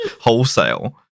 wholesale